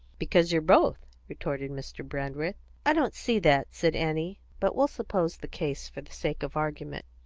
because you're both, retorted mr. brandreth. i don't see that, said annie but we'll suppose the case, for the sake of argument.